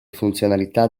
funzionalità